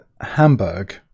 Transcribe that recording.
Hamburg